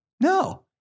No